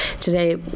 today